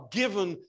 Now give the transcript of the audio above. given